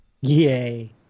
Yay